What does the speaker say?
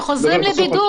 הם חוזרים לבידוד.